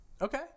Okay